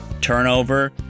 turnover